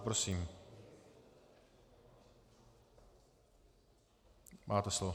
Prosím, máte slovo.